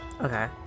Okay